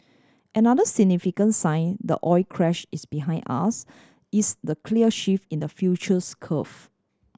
another significant sign the oil crash is behind us is the clear shift in the futures curve